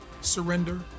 surrender